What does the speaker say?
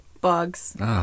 bugs